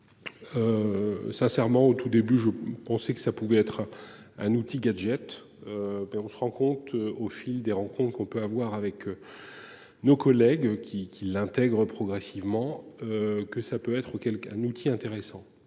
Sincèrement au tout début je pensais que ça pouvait être un outil gadgets. Ben on se rend compte au fil des rencontres qu'on peut avoir avec. Nos collègues qui qui l'intègre progressivement. Que ça peut être ou quelqu'un outil intéressant